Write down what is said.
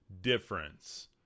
difference